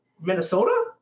Minnesota